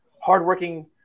hardworking